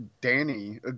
Danny